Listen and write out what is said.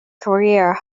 korea